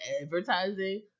advertising